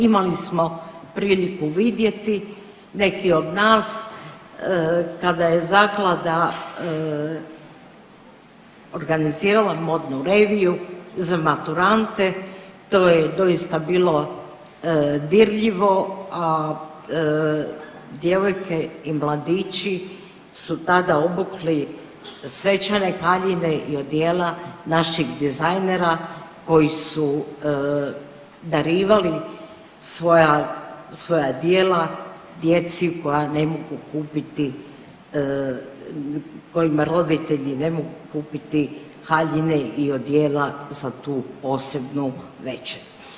Imali smo priliku vidjeti neki od nas kada je zaklada organizirala modnu reviju za maturante to je doista bilo dirljivo, a djevojke i mladići su tada obukli svečane haljine i odijela naših dizajnera koji su darivali svoja, svoja djela djeci koja ne mogu kupiti, kojima roditelji ne mogu kupiti haljine i odijela za tu posebnu večer.